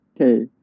Okay